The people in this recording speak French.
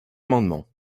amendement